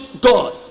God